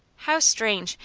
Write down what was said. how strange!